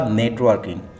networking